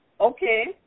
Okay